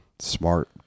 smart